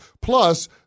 Plus